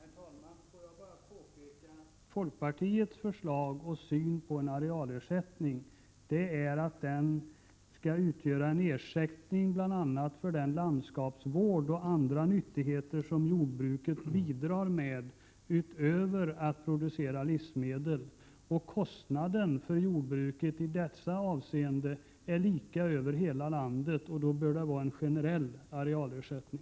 Herr talman! Låt mig bara påpeka att folkpartiets förslag och syn på en arealersättning är att den skall utgöra en ersättning bl.a. för den landskapsvård och andra nyttigheter som jordbruket bidrar med, utöver att producera livsmedel. Kostnaden för jordbruket i detta avseende är lika över hela landet. Då bör det vara en generell arealersättning.